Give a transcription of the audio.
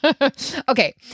Okay